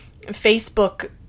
Facebook